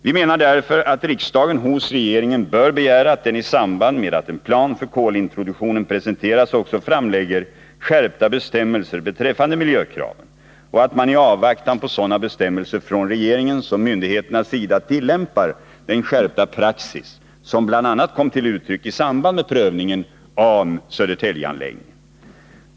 Vi anser därför att riksdagen hos regeringen bör begära att den i samband med att en plan för kolintroduktionen presenteras också framlägger skärpta bestämmelser beträffande miljökraven och att man i avvaktan på sådana bestämmelser från regeringens och myndigheternas sida tillämpar den skärpta praxis som bl.a. kom till uttryck i samband med prövningen av Södertäljeanläggningen.